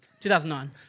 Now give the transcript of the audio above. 2009